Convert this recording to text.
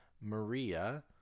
Maria